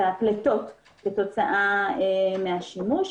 הפליטות כתוצאה מהשימוש.